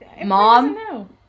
Mom